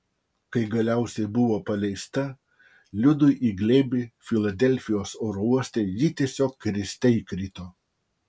kai galiausiai buvo paleista liudui į glėbį filadelfijos oro uoste ji tiesiog kriste įkrito